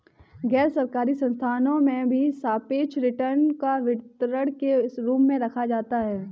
गैरसरकारी संस्थाओं में भी सापेक्ष रिटर्न को वितरण के रूप में रखा जाता है